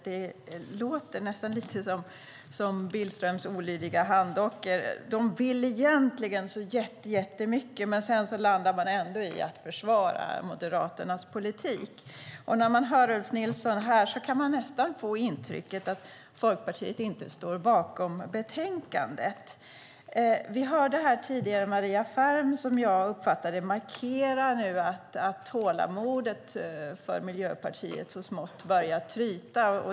Det låter nästan lite som Billströms olydiga handdockor. De vill egentligen så jättemycket, men sedan landar man ändå i att försvara Moderaternas politik. När man hör Ulf Nilsson här kan man nästan få intrycket att Folkpartiet inte står bakom betänkandet. Vi hörde här tidigare, som jag uppfattade det, Maria Ferm markera att tålamodet för Miljöpartiet så smått börjar tryta.